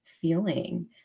feeling